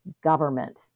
government